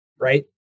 right